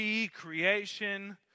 recreation